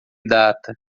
data